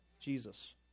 Jesus